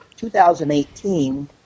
2018